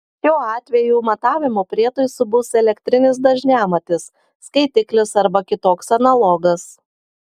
šiuo atveju matavimo prietaisu bus elektrinis dažniamatis skaitiklis arba kitoks analogas